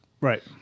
Right